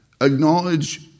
acknowledge